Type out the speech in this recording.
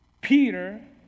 Peter